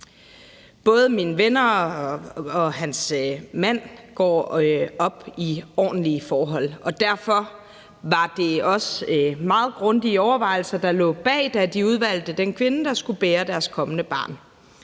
Både min ven og hans mand går op i ordentlige forhold, og derfor var det også meget grundige overvejelser, der lå bag, da de udvalgte den kvinde, der skulle bære deres kommende barn.